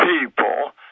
people